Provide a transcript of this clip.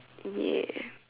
ya